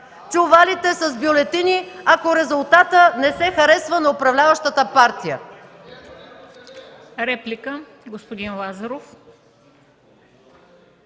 чувалите с бюлетини, ако резултатът не се харесва на управляващата партия.